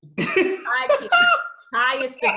Highest